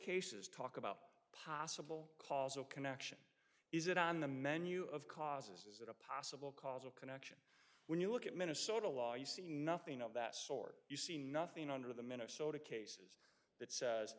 cases talk about possible causal connection is it on the menu of causes is that a possible cause of connection when you look at minnesota law you see nothing of that sort you see nothing under the minnesota case that says